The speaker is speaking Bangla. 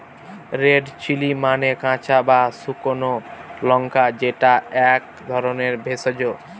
রেড চিলি মানে কাঁচা বা শুকনো লঙ্কা যেটা এক ধরনের ভেষজ